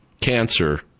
cancer